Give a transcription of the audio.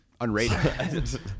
unrated